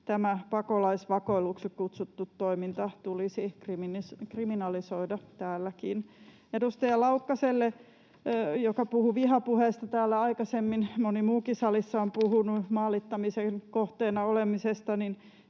pakolaisvakoiluksi kutsuttu toiminta tulisi kriminalisoida täälläkin. Edustaja Laukkaselle, joka puhui vihapuheesta täällä aikaisemmin, ja moni muukin salissa on puhunut maalittamisen kohteena olemisesta: